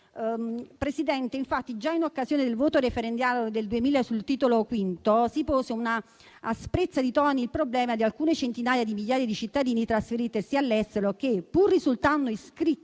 nuovo. Infatti, già in occasione del voto referendario del 2000 sul Titolo V si pose con asprezza di toni il problema di alcune centinaia di migliaia di cittadini trasferitesi all'estero che, pur risultando iscritti,